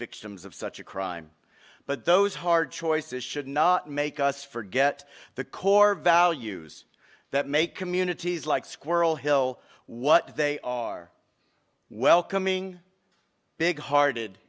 victims of such a crime but those hard choices should not make us forget the core values that make communities like squirrel hill what they are welcoming big hearted